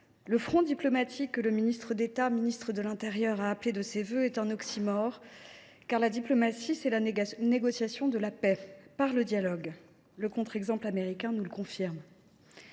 Le « front diplomatique » que le ministre d’État, ministre de l’intérieur appelle de ses vœux est un oxymore, car la diplomatie consiste à négocier la paix par le dialogue. Le contre exemple américain nous le confirme.